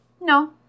No